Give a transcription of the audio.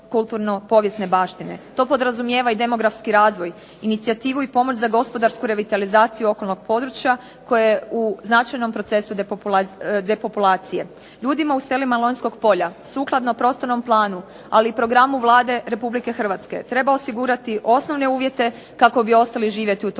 To podrazumijeva i demografski razvoja, inicijativu i pomoć za gospodarsku revitalizaciju okolnog područja koje je u značajnom procesu depopulacije. Ljudima u selima Lonjskog polja sukladno prostornom planu, ali i programu Vlade Republike Hrvatske treba osigurati osnovne uvjete kako bi ostali živjeti u tom